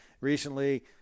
recently